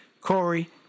Corey